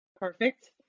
Perfect